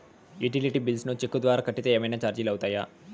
Utility bills ను cheque ద్వారా కట్టితే ఏమన్నా చార్జీలు అవుతాయా?